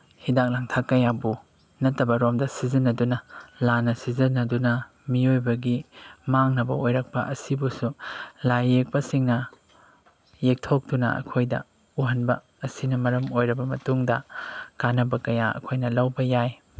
ꯍꯤꯗꯥꯛ ꯂꯥꯡꯊꯛ ꯀꯌꯥꯕꯨ ꯅꯠꯇꯕꯔꯣꯝꯗ ꯁꯤꯖꯤꯟꯅꯗꯨꯅ ꯂꯥꯟꯅ ꯁꯤꯖꯤꯟꯅꯗꯨꯅ ꯃꯤꯑꯣꯏꯕꯒꯤ ꯃꯥꯡꯅꯕ ꯑꯣꯏꯔꯛꯄ ꯑꯁꯤꯕꯨꯁꯨ ꯂꯥꯏꯌꯦꯛꯄꯁꯤꯡꯅ ꯌꯦꯛꯊꯣꯛꯇꯨꯅ ꯑꯩꯈꯣꯏꯗ ꯎꯍꯟꯕ ꯑꯁꯤꯅ ꯃꯔꯝ ꯑꯣꯏꯔꯕ ꯃꯇꯨꯡꯗ ꯀꯥꯅꯕ ꯀꯌꯥ ꯑꯩꯈꯣꯏꯅ ꯂꯧꯕ ꯌꯥꯏ